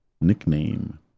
nickname